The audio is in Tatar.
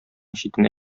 читенә